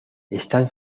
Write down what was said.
están